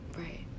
Right